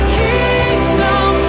kingdom